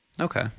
Okay